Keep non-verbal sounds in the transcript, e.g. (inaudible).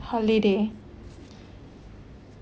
(noise) holiday